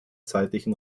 zeitlichen